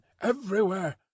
everywhere